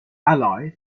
ally